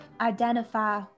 identify